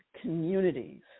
communities